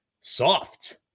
soft